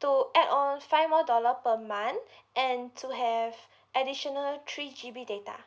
to add on five more dollar per month and to have additional three G_B data